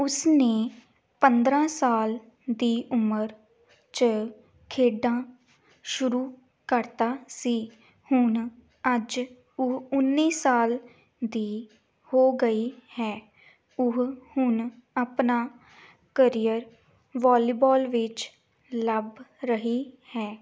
ਉਸਨੇ ਪੰਦਰ੍ਹਾਂ ਸਾਲ ਦੀ ਉਮਰ 'ਚ ਖੇਡਾਂ ਸ਼ੁਰੂ ਕਰਤਾ ਸੀ ਹੁਣ ਅੱਜ ਉਹ ਉੱਨੀ ਸਾਲ ਦੀ ਹੋ ਗਈ ਹੈ ਉਹ ਹੁਣ ਆਪਣਾ ਕਰੀਅਰ ਵੋਲੀਬਾਲ ਵਿੱਚ ਲੱਭ ਰਹੀ ਹੈ